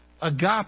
agape